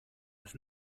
has